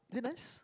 is it nice